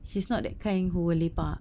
she's not that kind who will lepak